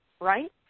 right